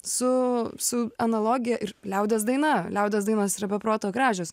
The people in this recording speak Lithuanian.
su su analogija ir liaudies daina liaudies dainos yra be proto gražios